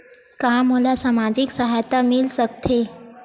का मोला सामाजिक सहायता मिल सकथे?